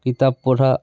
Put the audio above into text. কিতাপ পঢ়া